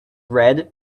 red